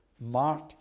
mark